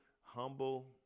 humble